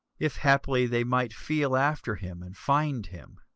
if haply they might feel after him, and find him,